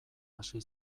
hasi